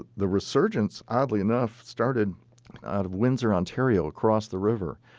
ah the resurgence oddly enough started out of windsor, ontario, across the river,